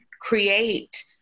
create